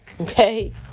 okay